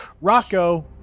Rocco